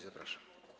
Zapraszam.